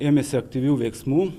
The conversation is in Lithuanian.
ėmėsi aktyvių veiksmų